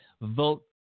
vote